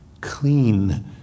clean